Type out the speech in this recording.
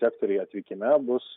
sektoriai atvykime bus